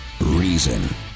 Reason